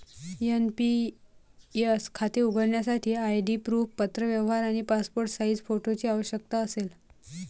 NPS खाते उघडण्यासाठी ID proof, पत्रव्यवहार आणि पासपोर्ट साइज फोटोची आवश्यकता असेल